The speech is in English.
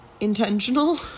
Intentional